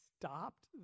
stopped